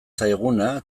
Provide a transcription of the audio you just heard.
zaiguna